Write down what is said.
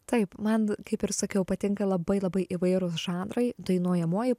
taip man kaip ir sakiau patinka labai labai įvairūs žanrai dainuojamoji